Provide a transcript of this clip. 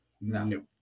no